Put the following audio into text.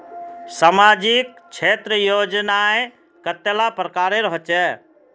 सामाजिक क्षेत्र योजनाएँ कतेला प्रकारेर होचे?